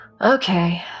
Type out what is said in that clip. Okay